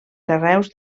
carreus